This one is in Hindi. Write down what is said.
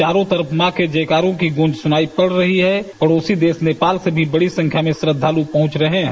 चारों तरफ मां के जयकारों की गूंज सुनाई पड़ रही है पड़ोसी देश नेपाल से भी बड़ी संख्या में श्रद्दालु पहुंच रहे हैं